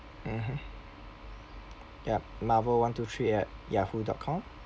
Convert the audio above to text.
mmhmm yup marvel one two three at yahoo dot com